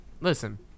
Listen